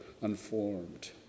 unformed